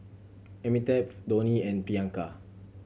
Amitabh Dhoni and Priyanka